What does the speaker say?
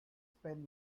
spent